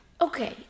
okay